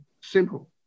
simple